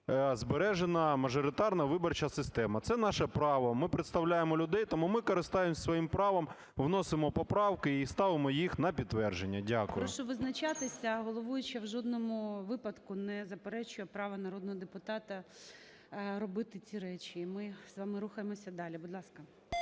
збережена мажоритарна виборча система. Це наше право, ми представляємо людей, тому ми користаємося своїм правом, вносимо поправки і ставимо їх на підтвердження. Дякую. ГОЛОВУЮЧИЙ. Прошу визначатися. Головуюча в жодному випадку не заперечує права народного депутата робити ці речі. І ми з вами рухаємося далі. Будь ласка.